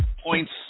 points